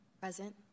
Present